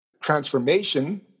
Transformation